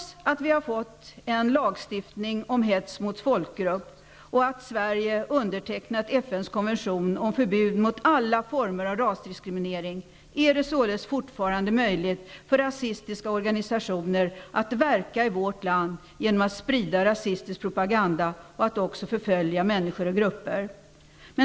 Sverige undertecknat FN:s konvention om förbud mot alla former av rasdiskriminering, är det således fortfarande möjligt för rasistiska organisationer att verka i vårt land genom att sprida rasistisk propaganda och att också förfölja människor och grupper.